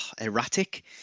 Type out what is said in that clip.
erratic